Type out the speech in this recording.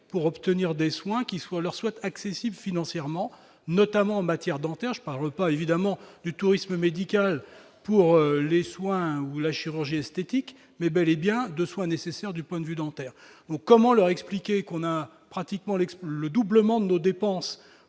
pour obtenir des soins qui soit leur souhaite accessible financièrement, notamment en matière dentaire, je parle pas évidemment du tourisme médical pour les soins ou la chirurgie esthétique mais bel et bien de soins nécessaires du point de vue dentaires comment leur expliquer qu'on a pratiquement l'expert, le doublement de nos dépenses